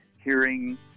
hearing